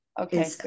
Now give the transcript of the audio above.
okay